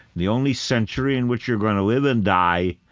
the only century in which you're going to live and die,